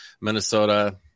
Minnesota